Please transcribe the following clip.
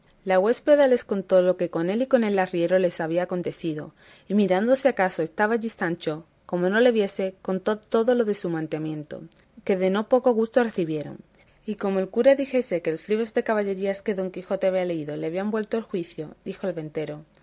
la huéspeda les contó lo que con él y con el arriero les había acontecido y mirando si acaso estaba allí sancho como no le viese contó todo lo de su manteamiento de que no poco gusto recibieron y como el cura dijese que los libros de caballerías que don quijote había leído le habían vuelto el juicio dijo el ventero